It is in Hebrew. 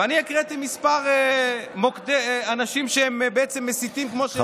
ואני הקראתי כמה אנשים שהם בעצם מסיתים כמו שהם נושמים,